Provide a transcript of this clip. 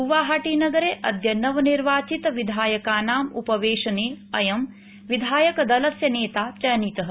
गुवाहाटीनगरे अद्य नवनिर्वाचितविधायकानाम् उपवेशने अयं विधायकदलस्य नेता चयनितः